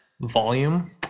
volume